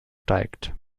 steigt